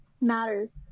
matters